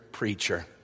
Preacher